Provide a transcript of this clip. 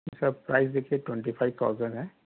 سر price دیکھیے twenty five thousand